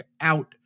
out